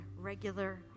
regular